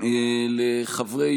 לחברי